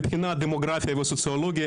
מבחינת דמוגרפיה וסוציולוגיה,